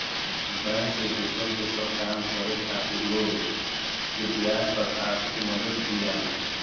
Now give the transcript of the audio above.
bank से दोसर दोसर काम करे खातिर लोग के ब्याज पर आर्थिक मदद दियाला